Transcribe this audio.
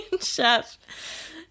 chef